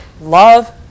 love